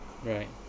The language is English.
right